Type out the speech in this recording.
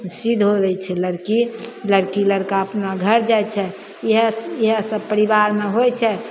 सिद्ध होबैत छै लड़की लड़की लड़का अपना घर जाइत छै इहए इहए सब परिबारमे होइत छै